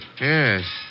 Yes